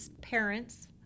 parents